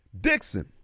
Dixon